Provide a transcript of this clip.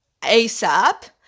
ASAP